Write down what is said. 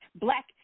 black